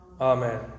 Amen